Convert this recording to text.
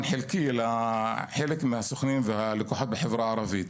חלקי לחלק מהסוכנים והלקוחות בחברה הערבית.